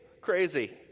Crazy